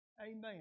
Amen